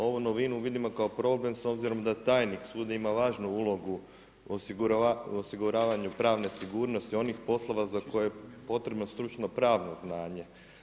Ovu novinu vidimo kao problem s obzirom da tajnik suda ima važnu ulogu u osiguravanju pravne sigurnosti onih poslova za koje je potrebno stručno pravno znanje.